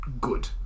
good